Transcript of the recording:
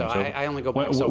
i only go back so